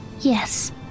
Yes